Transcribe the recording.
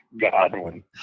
Godwin